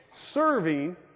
serving